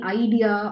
idea